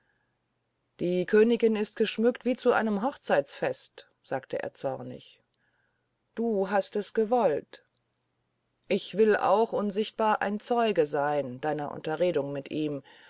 die königin ist geschmückt wie zu einem hochzeitsfest sagte er zornig du hast es gewollt ich will auch unsichtbar ein zeuge sein deiner unterredung mit ihm